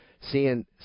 seeing